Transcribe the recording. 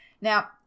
Now